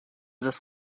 das